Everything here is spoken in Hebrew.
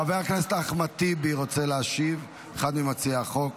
חבר הכנסת אחמד טיבי רוצה להשיב, אחד ממציעי החוק.